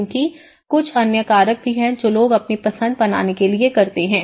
क्योंकि कुछ अन्य कारक भी हैं जो लोग अपनी पसंद बनाने के लिए करते हैं